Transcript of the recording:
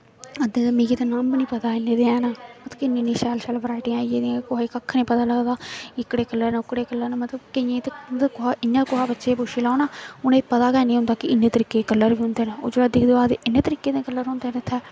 ते मिगी नार्मली पता ऐ लैबनान किन्नी शैल शैल बराईटियां आई गेदियां कुसै गी कक्ख निं पता लगदा एह्कड़े कल्लर ओह्कड़े कल्लर ते मतलब इ'यां कुसै बच्चे गी पुच्छी लैना उ'नेंगी पता गै निं होंदा कि इन्ने तरीके दे कल्लर होंदे न ओह् जो दिखदे आखदे इन्ने तरीके दे कल्लर होंदे इत्थै